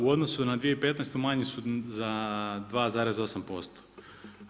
U odnosu na 2015. manji su za 2,8%